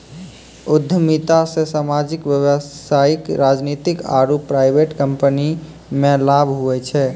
उद्यमिता से सामाजिक व्यवसायिक राजनीतिक आरु प्राइवेट कम्पनीमे लाभ हुवै छै